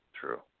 true